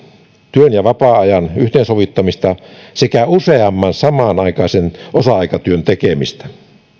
työn ja vapaa ajan yhteensovittamista sekä useamman samanaikaisen osa aikatyön tekemistä